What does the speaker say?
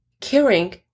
caring